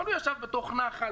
אבל הוא ישב בתוך נחל,